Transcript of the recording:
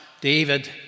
David